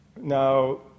Now